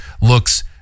looks